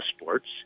sports